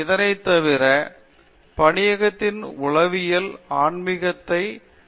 இதனைத் தவிர பணியகத்தின் உளவியலில் ஆன்மீகத்தை ஒருங்கிணைக்கும் ஆசிரியர்களைக் கொண்டிருக்கிறோம்